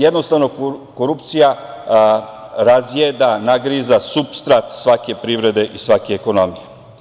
Jednostavno, korupcija razjeda i nagriza supstrat svake privrede i svake ekonomije.